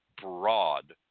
broad